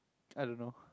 I don't know